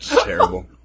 Terrible